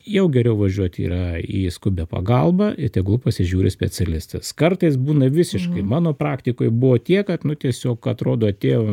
jau geriau važiuoti yra į skubią pagalbą ir tegul pasižiūri specialistas kartais būna visiškai mano praktikoj buvo tiek kad nu tiesiog atrodo atėjo